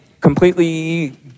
completely